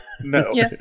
no